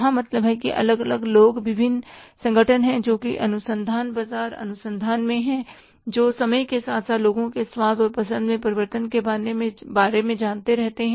वहां मतलब की अलग अलग लोग विभिन्न संगठन है जो कि जो अनुसंधान बाजार अनुसंधान में हैं और जो समय के साथ लोगों के स्वाद और पसंद में परिवर्तन के बारे में जानते रहते हैं